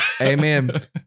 Amen